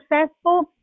successful